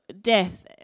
death